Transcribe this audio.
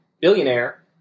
billionaire